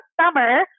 summer